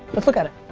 let's look at it.